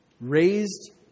raised